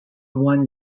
won